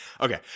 okay